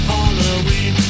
Halloween